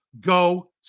go